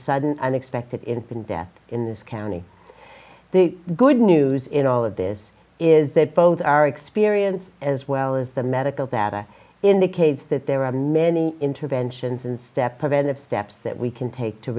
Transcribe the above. sudden unexpected infant death in this county the good news in all of this is that both our experience as well as the medical data indicates that there are many interventions and step preventive steps that we can take to